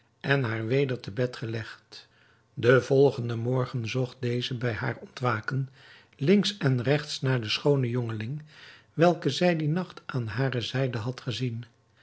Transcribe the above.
en haar weder te bed gelegd den volgenden morgen zocht deze bij haar ontwaken links en regts naar den schoonen jongeling welken zij dien nacht aan hare zijde had gezien